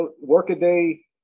work-a-day